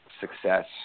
success